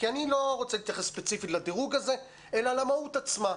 כי אני לא רוצה להתייחס ספציפית לדירוג הזה אלא למהות עצמה,